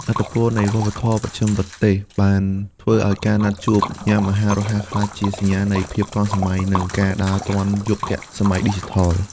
ឥទ្ធិពលនៃវប្បធម៌បស្ចិមប្រទេសបានធ្វើឱ្យការណាត់ជួបញ៉ាំអាហាររហ័ស ក្លាយជាសញ្ញានៃភាពទាន់សម័យ និងការដើរទាន់យុគសម័យឌីជីថល។